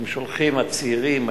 הצעירים,